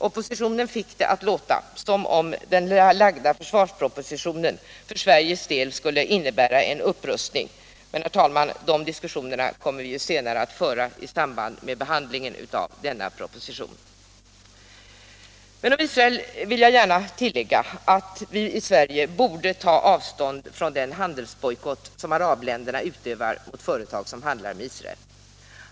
Oppositionen fick det att låta som om den lagda försvarspropositionen för Sveriges del skulle innebära en upprustning. Men, herr talman, de diskussionerna kommer vi att föra senare, i samband med behandlingen av den propositionen. Beträffande Israel vill jag gärna tillägga att vi borde ta avstånd från den handelsbojkott som arabländerna utövar mot företag som handlar med Israel.